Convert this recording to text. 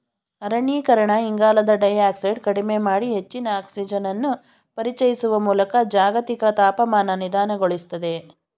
ಅರಣ್ಯೀಕರಣ ಇಂಗಾಲದ ಡೈಯಾಕ್ಸೈಡ್ ಕಡಿಮೆ ಮಾಡಿ ಹೆಚ್ಚಿನ ಆಕ್ಸಿಜನನ್ನು ಪರಿಚಯಿಸುವ ಮೂಲಕ ಜಾಗತಿಕ ತಾಪಮಾನ ನಿಧಾನಗೊಳಿಸ್ತದೆ